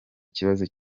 ikibazo